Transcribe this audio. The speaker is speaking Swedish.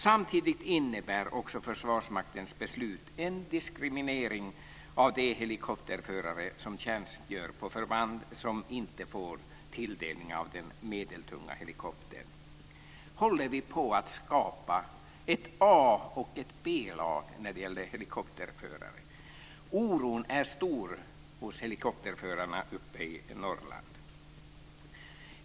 Samtidigt innebär Försvarsmaktens beslut en diskriminering av de helikopterförare som tjänstgör på förband som inte får tilldelning av den medeltunga helikoptern. Håller vi på att skapa ett A och ett B-lag när det gäller helikopterförare? Oron är stor hos helikopterförarna uppe i Norrland.